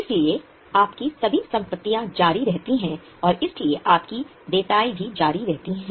इसलिए आपकी सभी संपत्तियां जारी रहती हैं और इसलिए आपकी देयताएं भी जारी रहेंगी